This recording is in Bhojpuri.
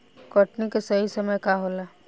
कटनी के सही समय का होला?